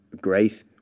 great